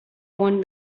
want